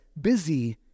busy